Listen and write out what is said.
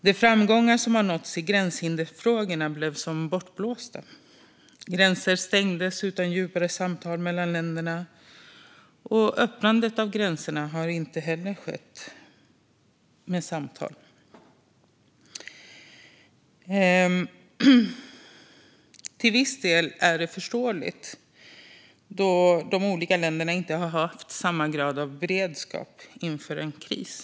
De framgångar som har nåtts i gränshinderfrågorna var som bortblåsta. Gränser stängdes utan djupare samtal mellan länderna, och öppnandet av gränserna har inte heller skett efter samtal. Till viss del är detta förståeligt då de olika länderna inte har haft samma grad av beredskap inför en kris.